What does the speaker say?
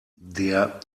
der